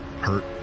hurt